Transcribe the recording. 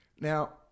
Now